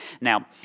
Now